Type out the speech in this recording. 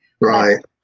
right